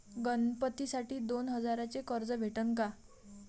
गणपतीसाठी दोन हजाराचे कर्ज भेटन का?